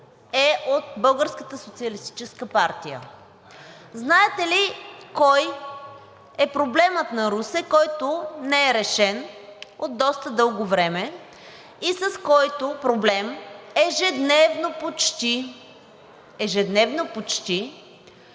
партия. Знаете ли кой е проблемът на Русе, който не е решен от доста дълго време и с който проблем ежедневно почти всички